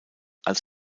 als